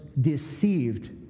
deceived